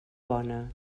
bona